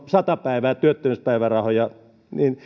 sata päivää työttömyyspäivärahoja